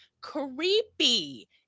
creepy